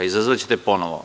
Izazvaćete ih ponovo.